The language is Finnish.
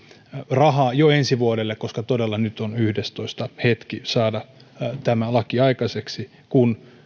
rahaa jo ensi vuodelle sillä todella nyt on yhdestoista hetki saada tämä laki aikaiseksi kun